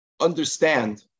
understand